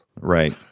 right